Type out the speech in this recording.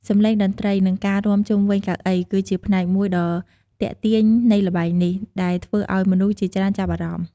សំឡេងតន្ត្រី និងការរាំជុំវិញកៅអី គឺជាផ្នែកមួយដ៏ទាក់ទាញនៃល្បែងនេះ ដែលធ្វើឱ្យមនុស្សជាច្រើនចាប់អារម្មណ៍។